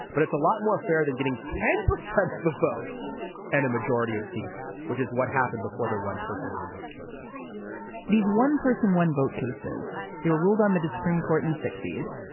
but it's a lot more fair than getting ten percent of the votes and a majority of seats which is what happened before the one person, one vote cases these one person, one vote cases, they were ruled on by the supreme court in the sixty s.